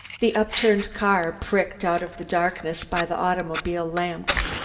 the upturned car pricked out of the darkness by the automobile lamps,